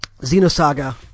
Xenosaga